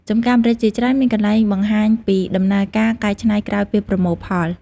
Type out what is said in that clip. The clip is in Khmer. ចម្ការម្រេចជាច្រើនមានកន្លែងបង្ហាញពីដំណើរការកែច្នៃក្រោយពេលប្រមូលផល ។